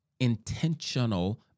intentional